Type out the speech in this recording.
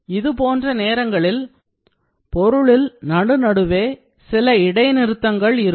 இதுபோன்ற நேரங்களில் பொருளில் நடுநடுவே சில இடைநிறுத்தங்கள் இருக்கும்